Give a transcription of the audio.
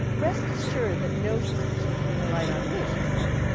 rest assured that no suspicion can alight on me, she says,